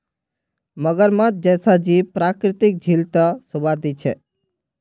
मगरमच्छ जैसा जीव प्राकृतिक झील त शोभा दी छेक